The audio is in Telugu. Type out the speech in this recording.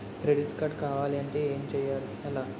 క్రెడిట్ కార్డ్ కావాలి అంటే ఎలా?